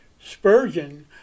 Spurgeon